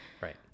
Right